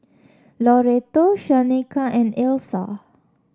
Loretto Shaneka and Elsa